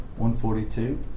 142